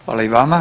Hvala i vama.